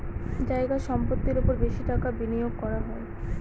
জায়গা সম্পত্তির ওপর বেশি টাকা বিনিয়োগ করা হয়